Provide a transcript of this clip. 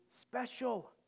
special